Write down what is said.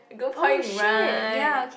good point right